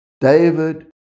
David